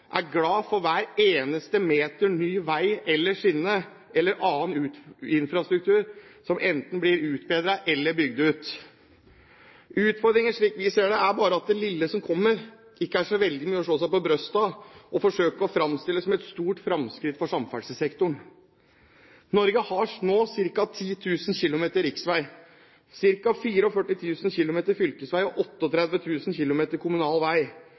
er glad for hver eneste meter vei, skinne eller annen infrastruktur som enten blir utbedret eller bygd ut. Utfordringen er bare, slik vi ser det, at det lille som kommer, ikke er så veldig mye å slå seg på brystet for og forsøke å fremstille som et stort fremskritt for samferdselssektoren. Norge har nå ca. 10 000 km riksvei, ca. 44 000 km fylkesvei og ca. 38 000 km kommunal vei.